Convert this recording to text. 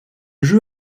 jeu